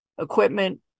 equipment